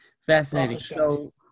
Fascinating